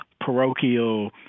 parochial